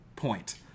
point